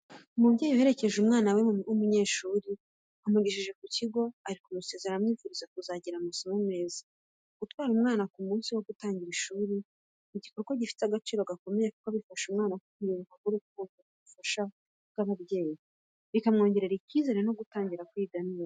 Umubyeyi uherekeje umwana we w'umunyeshuri, amugejeje ku kigo ari kumusezera amwifuriza kuzagira amasomo meza. Gutwara umwana ku munsi wo gutangira ishuri ni igikorwa gifite agaciro gakomeye kuko bifasha umwana kwiyumvamo urukundo n’ubufasha by’ababyeyi, bikamwongerera icyizere cyo gutangira kwiga neza.